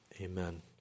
Amen